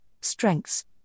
strengths